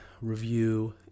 review